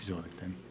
Izvolite.